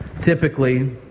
Typically